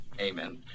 Amen